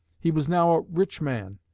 he was now a rich man,